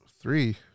Three